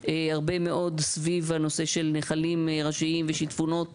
הרבה מאוד סביב נחלים ראשיים ושיטפונות